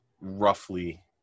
roughly